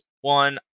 one